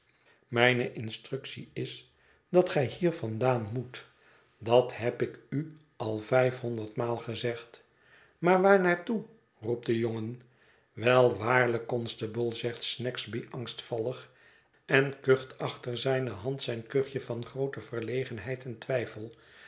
mijne instructie is dat gij hier vandaan moet dat heb ik u al vijfhonderdmaal gezegd maarwaar naar toe roept de jongen wel waarlijk constable zegt snagsby angstvallig en kucht achter zijne hand zijn kuchje van groote verlegenheid en twijfel